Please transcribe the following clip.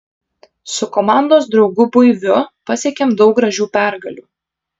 su komandos draugu buiviu pasiekėm daug gražių pergalių